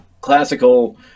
classical